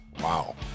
Wow